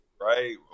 Right